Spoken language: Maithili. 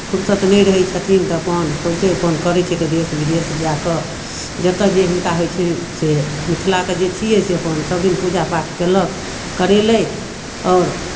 फुरसत नहि रहैत छथिन तऽ अपन सौँसे अपन करैत छथि देश विदेश जा कऽ जतय जे हिनका होइत छनि से मिथिलाके जे छियै से अपन सभदिन पूजापाठ कयलक करेलथि आओर